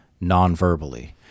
non-verbally